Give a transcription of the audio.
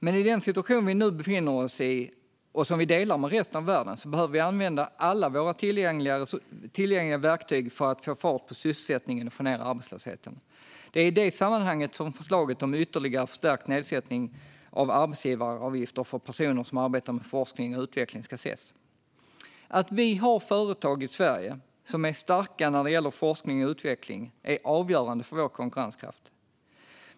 Men i den situation vi nu befinner oss i och som vi delar med resten av världen behöver vi använda alla våra tillgängliga verktyg för att få fart på sysselsättningen och få ned arbetslösheten. Det är i det sammanhanget som förslaget om ytterligare förstärkt nedsättning av arbetsgivaravgifter för personer som arbetar med forskning och utveckling ska ses. Att vi har företag i Sverige som är starka när det gäller forskning och utveckling är avgörande för vår konkurrenskraft.